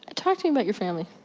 ah talk to me about your family.